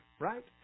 right